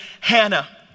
Hannah